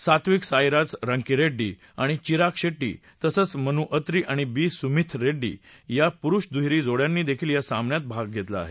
सात्विकसाईराज रांकीरेङ्डी आणि चिराग शेट्टी तसंच मनु अत्री आणि बी सुमिथ रेङ्डी या पुरुष दुहेरी जोडयांनी देखील या सामन्यात भाग घेतला आहे